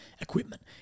equipment